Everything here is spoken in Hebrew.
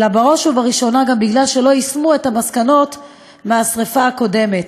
אלא בראש ובראשונה גם מפני שלא יישמו את המסקנות מהשרפה הקודמת.